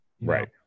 Right